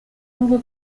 n’ubwo